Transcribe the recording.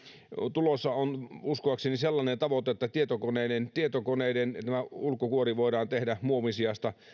tulossa on uskoakseni sellainen tavoite että tietokoneiden ulkokuori voidaan tehdä muovin sijasta